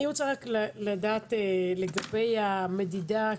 אני רוצה רק לדעת לגבי המדידה,